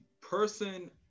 person